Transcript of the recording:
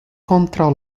kontraŭ